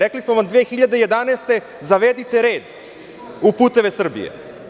Rekli smo 2011. godine – zavedite red u "Puteve Srbije"